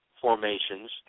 formations